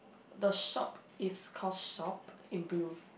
the shop is call shop in blue